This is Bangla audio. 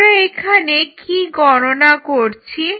আমরা এখানে কি গণনা করছি